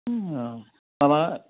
अ माबा